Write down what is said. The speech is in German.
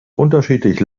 unterschiedlich